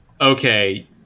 Okay